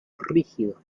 rígido